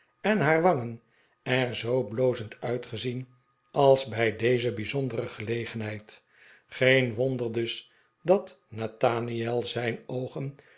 en haar wangen er zoo blozend uitgezien als bij deze bijzondere gelegenheid geen wonder dus dat nathaniel zijn oogen